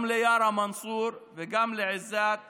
גם ליארה מנסור וגם לעזאת סבע.